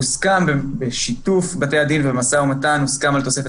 הוסכם בשיתוף בתי הדין ובמשא ומתן איתם על תוספת